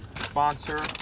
sponsor